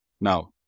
Now